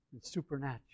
supernatural